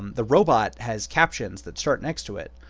um the robot has captions that start next to it.